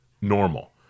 normal